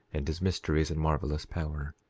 and his mysteries and marvelous power.